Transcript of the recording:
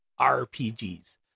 RPGs